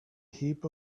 heap